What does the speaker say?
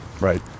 Right